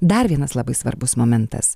dar vienas labai svarbus momentas